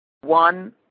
one